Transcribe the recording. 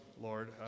Lord